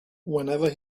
whenever